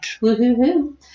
Woo-hoo-hoo